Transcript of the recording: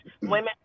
Women